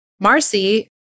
Marcy